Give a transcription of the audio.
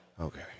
Okay